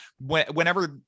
whenever